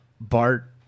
Bart